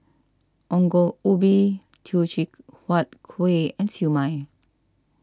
Ongol Ubi Teochew Huat Kuih and Siew Mai